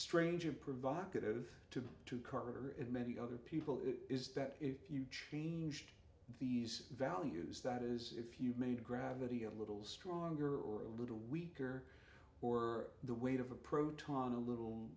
strange of provocative to two carter and many other people it is that if you changed these values that is if you made gravity a little stronger or a little weaker or the weight of a proton a little